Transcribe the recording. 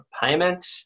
payment